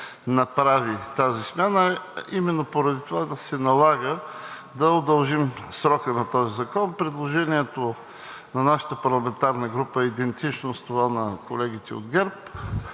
направи тази смяна, именно поради това се налага да удължим срока на този закон. Предложението на нашата парламентарна група е идентично с това на колегите от ГЕРБ